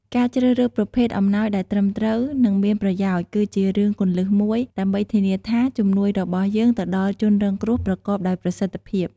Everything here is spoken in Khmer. ការជ្រើសរើសប្រភេទអំណោយដែលត្រឹមត្រូវ និងមានប្រយោជន៍ គឺជារឿងគន្លឹះមួយ ដើម្បីធានាថាជំនួយរបស់យើងទៅដល់ជនរងគ្រោះប្រកបដោយប្រសិទ្ធភាព។